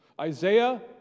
Isaiah